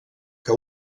que